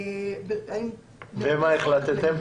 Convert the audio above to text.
ומה החלטתם?